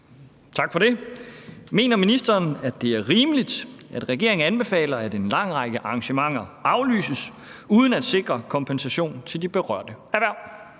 Pedersen (V): Mener ministeren, at det er rimeligt, at regeringen anbefaler, at en lang række arrangementer aflyses, uden at sikre kompensation til de berørte